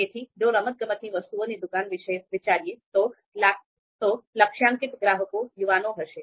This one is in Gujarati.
તેથી જો રમતગમતની વસ્તુઓની દુકાન વિશે વિચારીએ તો લક્ષ્યાંકિત ગ્રાહકો યુવાનો હશે